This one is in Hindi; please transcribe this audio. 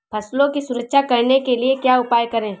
फसलों की सुरक्षा करने के लिए क्या उपाय करें?